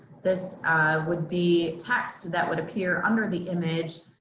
this would be text that would appear under the image